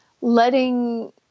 letting